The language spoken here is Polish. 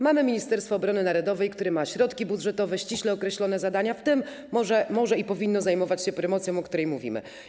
Mamy Ministerstwo Obrony Narodowej, które ma środki budżetowe, ściśle określone zadania, w tym może i powinno zajmować się promocją, o której mówimy.